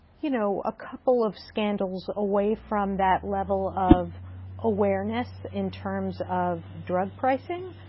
you know, a couple of scandals away from that level of awareness in terms of drug pricing.